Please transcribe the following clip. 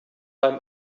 beim